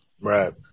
Right